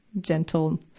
gentle